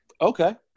Okay